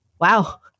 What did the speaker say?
wow